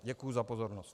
Děkuji za pozornost.